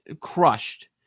crushed